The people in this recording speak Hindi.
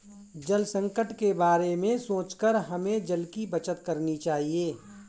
जल संकट के बारे में सोचकर हमें जल की बचत करनी चाहिए